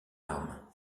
arme